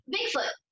Bigfoot